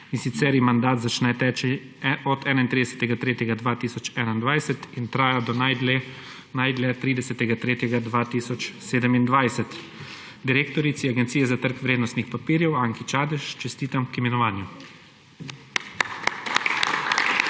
in sicer ji mandat začne teči od 31. 3. 2021 in traja do najdlje 30. 3. 2027. Direktorici Agencije za trg vrednostnih papirjev Anki Čadež čestitam k imenovanju.